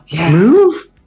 move